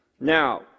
Now